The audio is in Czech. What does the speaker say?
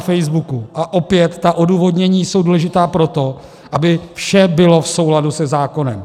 A opět, ta odůvodnění jsou důležitá proto, aby vše bylo v souladu se zákonem.